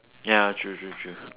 ya true true true